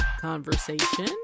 conversation